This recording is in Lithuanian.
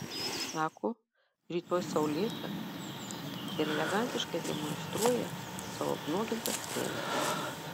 sako rytoj saulėta ir elegantiškai demonstruoja savo apnuogintas strėnas